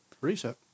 Reset